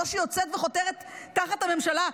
זו שיוצאת וחותרת תחת הממשלה,